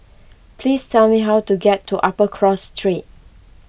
please tell me how to get to Upper Cross Street